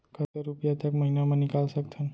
कतका रुपिया एक महीना म निकाल सकथन?